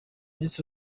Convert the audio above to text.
miss